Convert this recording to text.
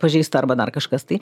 pažeista arba dar kažkas tai